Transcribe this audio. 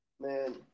man